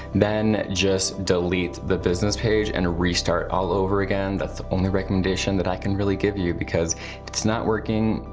then just delete the business page and restart all over again, that's the only recommendation that i can really give you because it's not working,